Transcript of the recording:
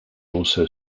also